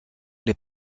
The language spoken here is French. les